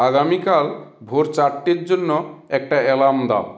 আগামীকাল ভোর চারটের জন্য একটা অ্যালার্ম দাও